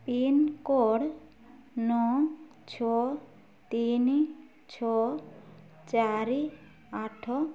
pincode ନଅ ଛଅ ତିନି ଛଅ ଚାରି ଆଠ